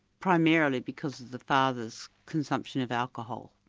primarily because of the father's consumption of alcohol.